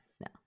no